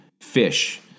fish